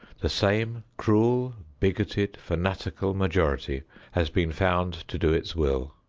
the same cruel, bigoted, fanatical majority has been found to do its will,